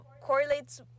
correlates